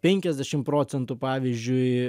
penkiasdešim procentų pavyzdžiui